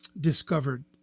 discovered